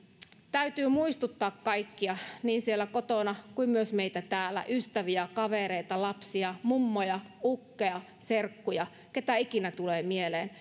täytyy muistuttaa kaikkia niin siellä kotona kuin myös meitä täällä ystäviä kavereita lapsia mummoja ukkeja serkkuja ketä ikinä tulee mieleen